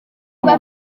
ibiro